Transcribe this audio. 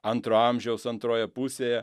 antro amžiaus antroje pusėje